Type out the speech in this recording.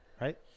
right